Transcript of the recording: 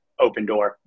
Opendoor